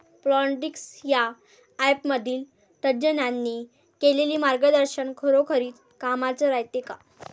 Plantix या ॲपमधील तज्ज्ञांनी केलेली मार्गदर्शन खरोखरीच कामाचं रायते का?